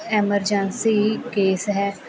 emergency case ਹੈ